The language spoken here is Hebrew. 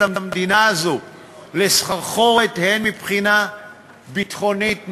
המדינה הזאת לסחרחרת מבחינה ביטחונית,